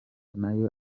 nayo